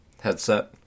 headset